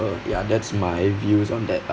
ya that's my views on that